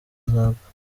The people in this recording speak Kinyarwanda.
azapfa